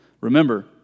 Remember